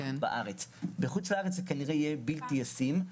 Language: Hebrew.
בחו"ל זה, כנראה, יהיה בלתי ישים.